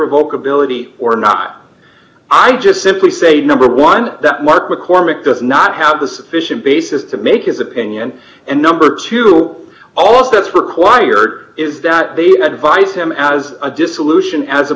revoke ability or not i just simply say number one that mark mccormack does not have the sufficient basis to make his opinion and number two who also that's required is that they advise him as a dissolution as a